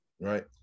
right